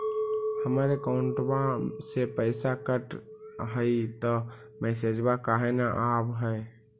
हमर अकौंटवा से पैसा कट हई त मैसेजवा काहे न आव है?